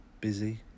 busy